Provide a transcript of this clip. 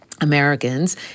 Americans